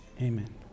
Amen